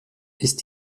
ist